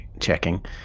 checking